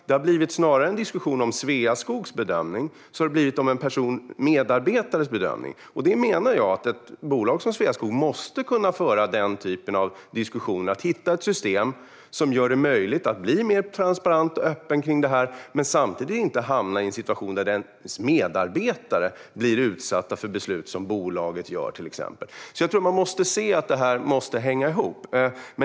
Det har snarare blivit en diskussion om en medarbetares bedömning än om Sveaskog. Jag menar att ett bolag som Sveaskog måste kunna föra denna typ av diskussioner och hitta ett system som gör det möjligt att bli mer transparent och öppen kring detta, men samtidigt inte hamna i en situation där medarbetarna blir utsatta för till exempel beslut som bolaget fattar. Jag tror alltså att man måste se att det här hänger i ihop.